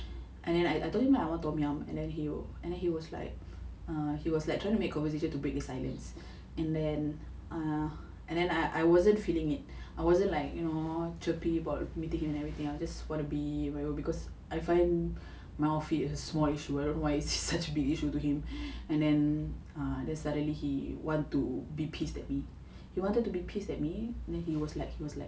and then I I told him lah I want tom yum and then he was and he was like he was like trying to make conversation to break the silence and then ah and then I I wasn't feeling it I wasn't like you know chirpy about meeting him and everything I just wanna be on my own because I find my outfit has a small issue I don't know why it's such big issue to him and then uh then suddenly he want to be pissed at me he wanted to be pissed at me then he was like he was like